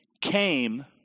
came